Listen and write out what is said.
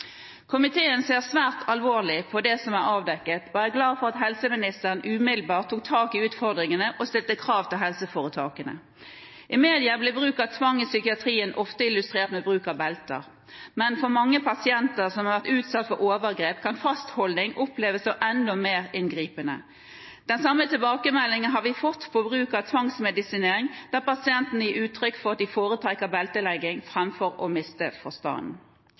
Komiteen ser svært alvorlig på det som er avdekket, og er glad for at helseministeren umiddelbart tok tak i utfordringene og stilte krav til helseforetakene. I media blir bruk av tvang i psykiatrien ofte illustrert med bruk av belter. Men for mange pasienter som har vært utsatt for overgrep, kan fastholding oppleves som enda mer inngripende. Den samme tilbakemeldingen har vi fått på bruk av tvangsmedisinering, der pasientene gir uttrykk for at de foretrekker beltelegging framfor å miste forstanden.